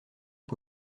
les